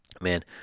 man